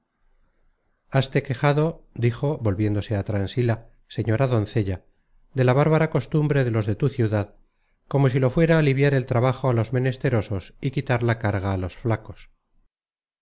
haste quejado dijo volviéndose á transila señora doncella de la bárbara costumbre de los de tu ciudad como si lo fuera aliviar el trabajo á los menesterosos y quitar la carga á los flacos